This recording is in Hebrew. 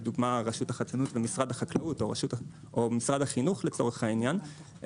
לדוגמה רשות החדשנות ומשרד החקלאות או משרד החינוך לצורך העניין,